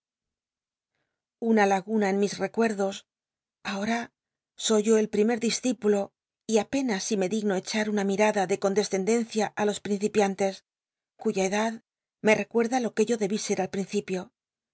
una laguna en mis recuerdos ahora soy yo el primer discípulo y apenas si me digno echar una incipiantes mirada de condescendencia i los principiantes cuya edad me ecuerda lo que yo debí ser al principio